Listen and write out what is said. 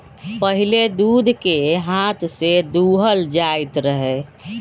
पहिले दूध के हाथ से दूहल जाइत रहै